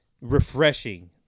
refreshing